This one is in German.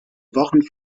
wochen